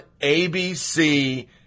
ABC